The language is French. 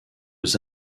aux